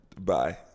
Bye